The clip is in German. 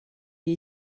die